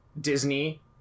Disney